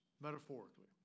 metaphorically